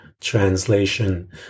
translation